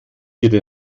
ihre